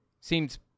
Seems